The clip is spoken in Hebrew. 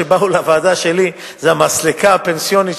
שבאו לוועדה שלי: זה המסלקה הפנסיונית,